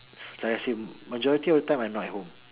like I said majority of them I'm not at home